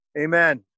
Amen